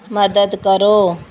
ਮਦਦ ਕਰੋ